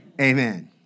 Amen